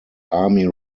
army